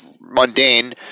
mundane